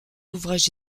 ouvrages